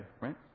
right